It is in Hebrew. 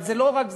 אבל זה לא רק זה,